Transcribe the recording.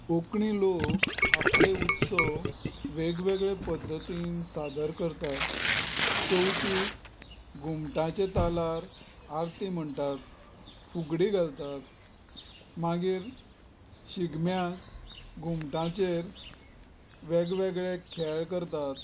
कोंकणी लोक आपले उत्सव वेगवेगळे पद्दतीन सादर करतात चवथीक घुमटांच्या तालार आरती म्हणटात फुगडी घालतात मागीर शिगम्याक घुमटांचेर वेगवेगळे खेळ करतात